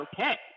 okay